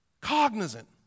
cognizant